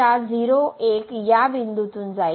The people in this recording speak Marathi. तर सरळ रेषा या बिंदूतून जाईल